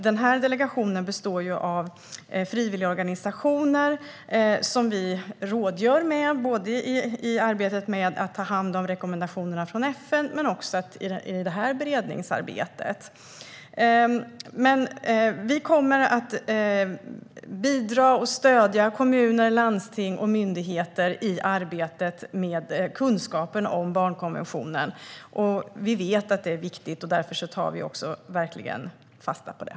Denna delegation består av frivilligorganisationer som vi rådgör med, både i arbetet med att ta hand om rekommendationerna från FN och i detta beredningsarbete. Vi kommer att bidra och stödja kommuner, landsting och myndigheter i arbetet med kunskapen om barnkonventionen. Vi vet att det är viktigt, och därför tar vi verkligen fasta på det.